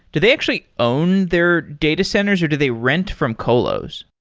do they actually own their data centers or do they rent from colos?